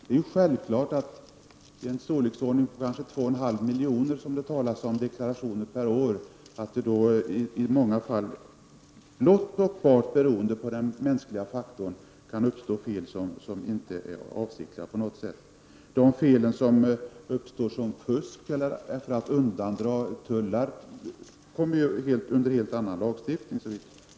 Det är självklart att det i en mängd av storleksordningen 2,5 miljoner deklarationer per år finns, i många fall blott och bart beroende på den mänskliga faktorn, fel som inte är avsiktliga på något sätt. De fel som uppstår genom fusk eller för att undandra tullar faller, såvitt jag förstår, under helt annan lagstiftning.